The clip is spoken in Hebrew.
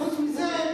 חבר הכנסת נסים זאב,